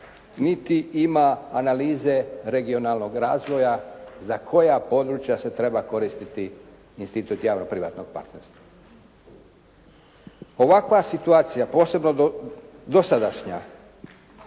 niti ima analize regionalnog razvoja za koja područja se treba koristiti institut javno-privatnog partnerstva. Ovakva situacija, posebno dosadašnja,